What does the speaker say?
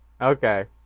Okay